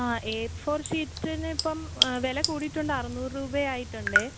ആ A four ഷീറ്റിന് ഇപ്പം വില കൂടിയിട്ടുണ്ട് അറുന്നൂറ് രൂപ ആയിട്ടുണ്ട്